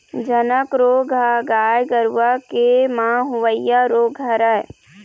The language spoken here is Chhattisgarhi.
झनक रोग ह गाय गरुवा के म होवइया रोग हरय